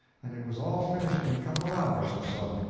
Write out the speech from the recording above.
and it was all finished in a couple of hours or so.